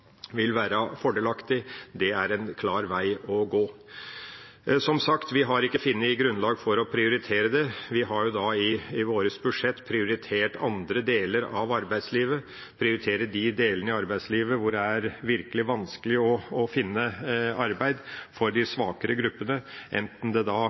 vil være fordelaktig med tanke på klima, er en klar vei å gå. Som sagt har vi ikke funnet grunnlag for å prioritere det. Vi har i vårt budsjett prioritert andre deler av arbeidslivet. Vi har prioritert de delene av arbeidslivet hvor det virkelig er vanskelig å finne arbeid for de svake gruppene, enten det